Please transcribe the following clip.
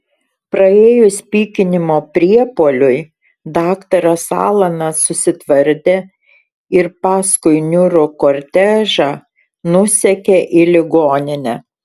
praėjus pykinimo priepuoliui daktaras alanas susitvardė ir paskui niūrų kortežą nusekė į ligoninę